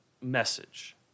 message